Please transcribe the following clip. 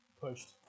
pushed